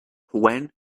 when